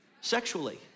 sexually